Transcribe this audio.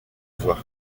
voie